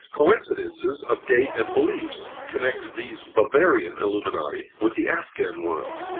coincidences of date and beliefs connect these bavarian illuminati with the afghan ones,